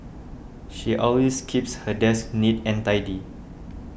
she always keeps her desk neat and tidy